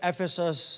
Ephesus